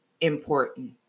important